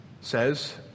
says